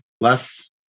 less